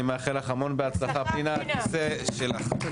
אני מאחל לך המון בהצלחה פנינה, הכיסא שלך.